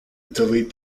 delete